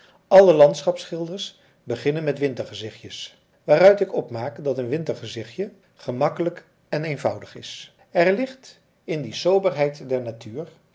alle landschapschilders beginnen met wintergezichtjes waaruit ik opmaak dat een wintergezichtje gemakkelijk en eenvoudig is er ligt in die soberheid der natuur